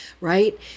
right